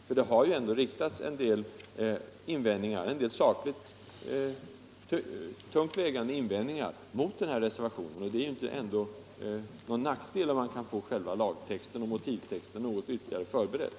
För det har ju ändå riktats en del sakliga invändningar mot denna reservation, och det kan inte vara någon nackdel att få lagtexten och motivtexten litet bättre förberedda.